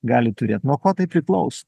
gali turėt nuo ko tai priklaus